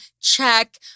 check